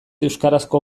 euskarazko